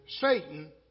Satan